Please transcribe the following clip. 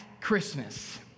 Christmas